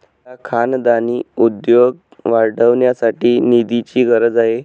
मला खानदानी उद्योग वाढवण्यासाठी निधीची गरज आहे